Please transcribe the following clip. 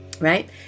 right